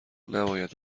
نباید